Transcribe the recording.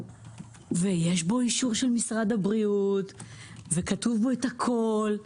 שיש לו אישור משרד הבריאות וכתוב בו הכול,